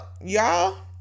Y'all